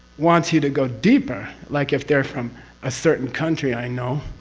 wants you to go deeper, like if they're from a certain country i know.